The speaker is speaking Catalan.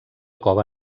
cova